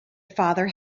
father